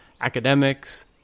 academics